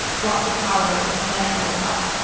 brought to power with manafort's help.